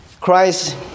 Christ